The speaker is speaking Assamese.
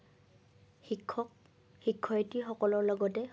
শিক্ষক শিক্ষয়িত্ৰী সকলৰ লগতে